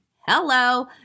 Hello